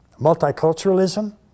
multiculturalism